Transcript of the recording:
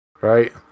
right